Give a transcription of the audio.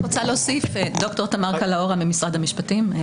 ד"ר תמר קלהורה, ממשרד המשפטים.